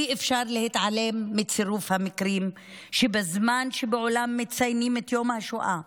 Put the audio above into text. אי-אפשר להתעלם מצירוף המקרים שבזמן שבעולם מציינים את יום השואה,